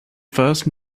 first